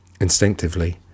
instinctively